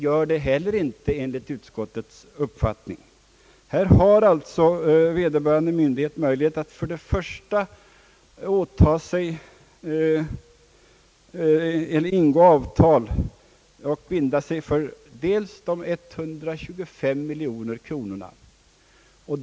Enligt utskottsmajoritetens mening blir detta inte heller fallet. Först och främst har vederbörande myndighet möjlighet att ingå avtal och att binda sig för de 125 miljonerna.